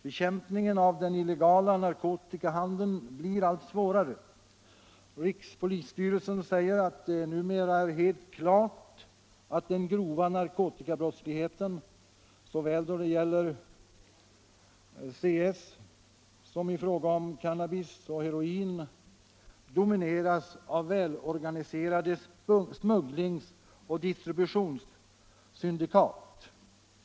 Bekämpningen av den illegala narkotikahandeln blir allt svårare. Rikspolisstyrelsen säger att det numera är helt klart att den grova narkotikabrottsligheten, såväl då det gäller CS som i fråga om cannabis och heroin, domineras av välorganiserade smugglingsoch distributionssyndikat.